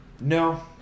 no